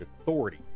authority